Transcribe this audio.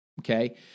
okay